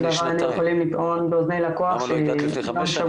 אם בעבר היינו יכולים לטעון באזני לקוח גם שבוע,